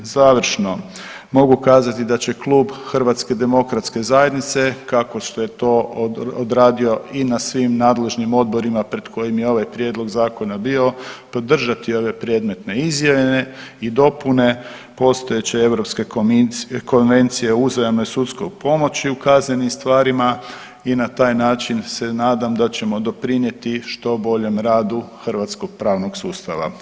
Završno mogu kazati da će Klub HDZ-a kako što je to odradio i na svim nadležnim odborima pred kojim je ovaj Prijedlog zakona bio, podržati ove predmetne ... i dopune postojeće europske Konvencije o uzajamnoj sudskoj pomoći u kaznenim stvarima i na taj način se nadam da ćemo doprinijeti što boljem radu hrvatskog pravnog sustava.